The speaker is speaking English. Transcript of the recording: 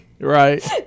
Right